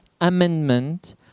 amendment